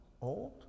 old